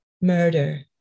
Murder